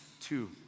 two